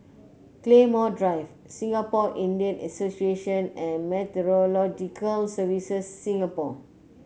Claymore Drive Singapore Indian Association and Meteorological Services Singapore